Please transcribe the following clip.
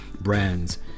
brands